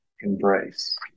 embrace